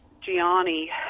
Gianni –